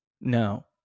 No